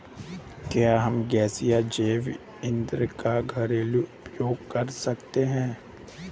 क्या हम गैसीय जैव ईंधन का घरेलू उपयोग कर सकते हैं?